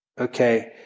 okay